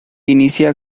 inicia